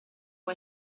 può